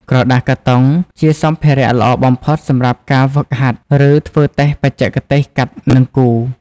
ក្រដាសកាតុងជាសម្ភារៈល្អបំផុតសម្រាប់ការហ្វឹកហាត់ ឬធ្វើតេស្តបច្ចេកទេសកាត់ និងគូរ។